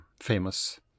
famous